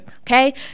okay